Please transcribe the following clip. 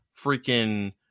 freaking